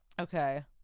okay